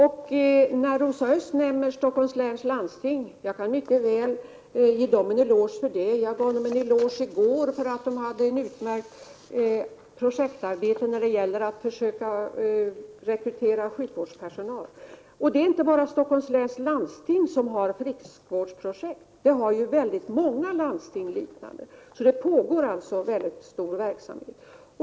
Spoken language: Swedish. Rosa Östh nämner Stockholms läns landsting. Jag kan mycket väl ge dem en eloge — jag gav dem en eloge i går för ett utmärkt projektarbete när det gäller att försöka rekrytera sjukvårdspersonal — och det är inte bara Stockholms läns landsting som har friskvårdsprojekt, utan många landsting gör liknande saker. Det pågår alltså en väldigt stor verksamhet.